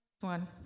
One